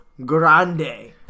grande